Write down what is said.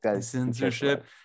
Censorship